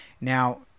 now